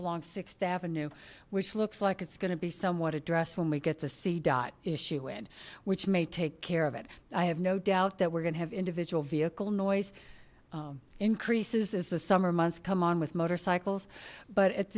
along th avenue which looks like it's gonna be somewhat addressed when we get the cdot issue in which may take care of it i have no doubt that we're gonna have individual vehicle noise increases as the summer months come on with motorcycles but at